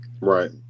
Right